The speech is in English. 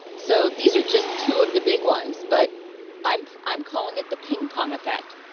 so these are just two of the big ones, but i'm i'm calling it the ping-pong effect.